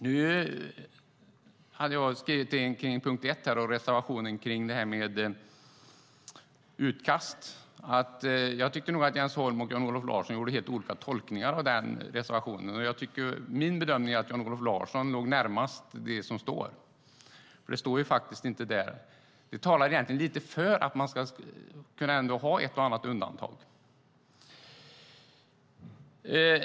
När det gäller punkt 1 och reservationen om utkast tycker jag att Jens Holm och Lars-Olof Larsson gjorde helt olika tolkningar av reservationen. Min bedömning är att Jan-Olof Larsson låg närmast det som står där. Vi talar egentligen lite för att man ska kunna ha ett och annat undantag.